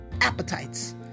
appetites